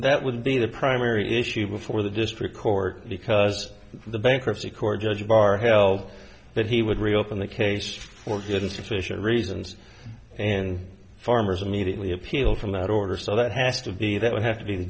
that would be the primary issue before the district court because the bankruptcy court judge barr held that he would reopen the case for good and sufficient reasons and farmers immediately appeal from that order so that has to be that would have to be the